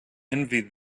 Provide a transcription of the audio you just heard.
envy